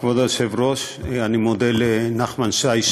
כבוד היושב-ראש, אני מודה לנחמן שי,